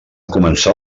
començar